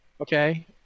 Okay